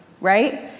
Right